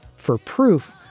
for proof,